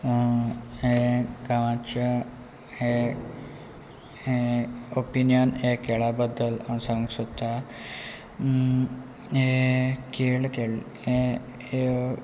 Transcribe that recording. हें गाच्या हें हे ओपिनियन हे खेळा बद्दल हांव सांगूंक सोदता हे खेळ खेळ हे